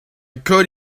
could